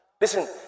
Listen